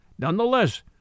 Nonetheless